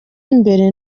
imbere